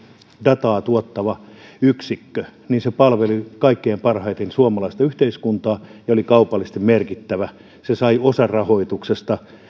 dataa tuottava yksikkö niin se palveli kaikkein parhaiten suomalaista yhteiskuntaa ja oli kaupallisesti merkittävä se sai osan rahoituksesta